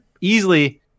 easily